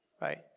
Right